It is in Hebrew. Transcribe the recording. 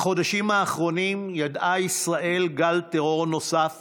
בחודשים האחרונים ידעה ישראל גל טרור נוסף